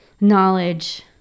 knowledge